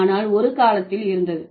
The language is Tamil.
ஆனால் ஒரு காலத்தில் இருந்தது